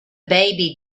baby